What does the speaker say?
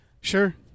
sure